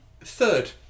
third